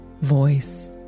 voice